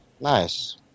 Nice